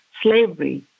slavery